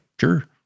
sure